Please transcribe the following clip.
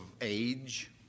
age